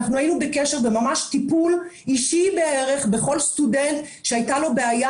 היינו בקשר בטיפול אישי ממש בכל סטודנט שהייתה לו בעיה.